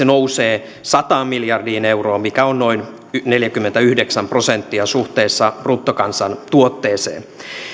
nousee sataan miljardiin euroon mikä on noin neljäkymmentäyhdeksän prosenttia suhteessa bruttokansantuotteeseen